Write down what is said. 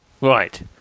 right